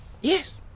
Yes